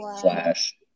Flash